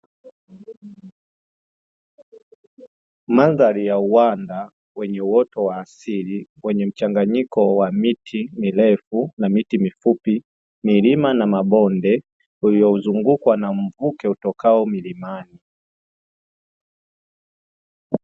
Mandhari ya uwanda wenye uoto wa asili, wenye mchanganyiko wa miti mirefu na miti mifupi milima na mabonde, uliozungukwa na mvuke utokao milimani.